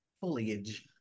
foliage